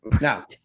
Now